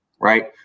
right